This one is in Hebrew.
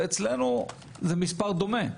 ואצלנו זה מספר דומה.